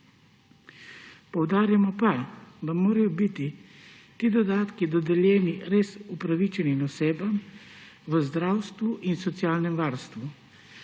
Poudarimo pa, da morajo biti ti dodatki dodeljeni res upravičenim osebam v zdravstvu in socialnem varstvu.